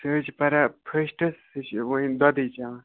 سُہ حظ چھُ پَران فٔسٹس سُہ چھِ وُنہِ دۄدٕے چٮ۪وان